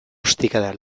ostikada